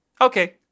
Okay